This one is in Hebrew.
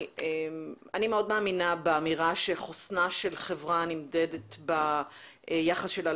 אני מאוד מאמינה באמירה שחוסנה של חברה נמדד ביחס שלה